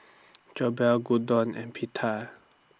Jokbal Gyudon and Pita